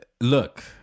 look